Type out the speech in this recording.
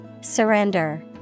Surrender